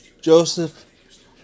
Joseph